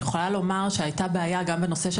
אני יכולה לומר שהייתה בעיה גם בנושא של